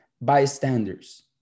bystanders